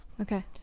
Okay